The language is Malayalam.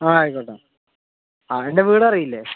ആ ആയിക്കോട്ടെ ആ എൻ്റെ വീടറിയില്ലേ